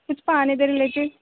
कुछ पाने दे रलेटिड